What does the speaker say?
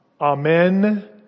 amen